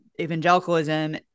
evangelicalism